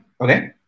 Okay